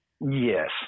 Yes